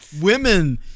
women